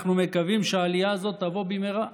אנחנו מקווים שהעלייה הזאת תבוא במהרה,